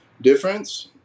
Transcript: difference